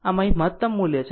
આમ હવે આ મહત્તમ મૂલ્ય છે